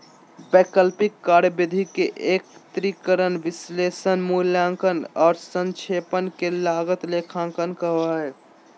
वैकल्पिक कार्यविधि के एकत्रीकरण, विश्लेषण, मूल्यांकन औरो संक्षेपण के लागत लेखांकन कहो हइ